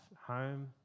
home